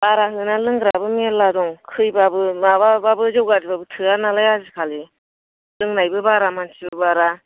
बारा होनानै लोंग्राबो मेल्ला दं खैबाबो माबाबाबो जौ गाज्रिबाबो थोआनालाय आजिखालि लोंनायबो बारा मानसिबो बारा